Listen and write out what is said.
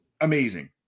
amazing